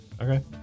Okay